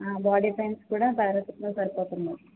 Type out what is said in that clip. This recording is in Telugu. బాడీ పైన్స్ కూడా పారాసెటమాల్ సరిపోదమ్మా